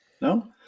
no